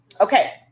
Okay